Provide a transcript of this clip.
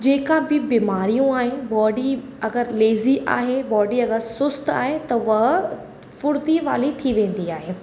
जेका बि बीमारियूं आहिनि बॉडी अगरि लेज़ी आहे बॉडी अगरि सुस्त आहे त उहा फुर्ती वाली थी वेंदी आहे